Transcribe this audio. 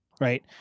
right